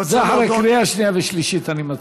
זה אחרי קריאה שנייה ושלישית, אני מציע.